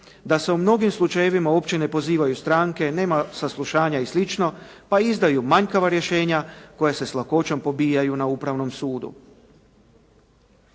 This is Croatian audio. Da se u mnogim slučajevima uopće ne pozivaju stranke, nema saslušanja i slično pa izdaju manjkava rješenja koja se s lakoćom pobijaju na Upravnom sudu.